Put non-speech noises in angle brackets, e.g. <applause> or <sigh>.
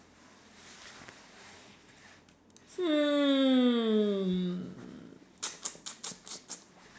hmm <noise>